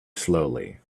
slowly